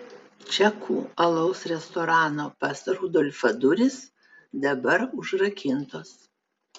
čekų alaus restorano pas rudolfą durys dabar užrakintos